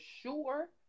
sure